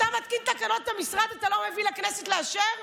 כשאתה מתקין תקנות למשרד אתה לא מביא לכנסת לאשר?